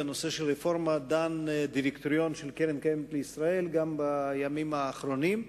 בנושא הרפורמה דן הדירקטוריון של קרן קיימת לישראל גם בימים האחרונים.